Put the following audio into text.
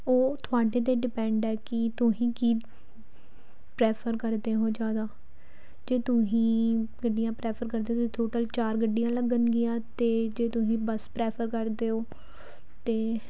ਉਹ ਤੁਹਾਡੇ 'ਤੇ ਡਿਪੈਂਡ ਹੈ ਕਿ ਤੁਸੀਂ ਕੀ ਪ੍ਰੈਫਰ ਕਰਦੇ ਹੋ ਜ਼ਿਆਦਾ ਜੇ ਤੁਸੀਂ ਗੱਡੀਆਂ ਪ੍ਰੈਫਰ ਕਰਦੇ ਹੋ ਤਾਂ ਟੋਟਲ ਚਾਰ ਗੱਡੀਆਂ ਲੱਗਣਗੀਆਂ ਅਤੇ ਜੇ ਤੁਸੀਂ ਬਸ ਪ੍ਰੈਫਰ ਕਰਦੇ ਹੋ ਤਾਂ